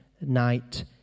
night